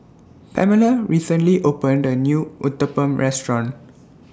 Pamella recently opened A New Uthapam Restaurant